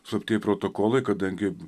slaptieji protokolai kadangi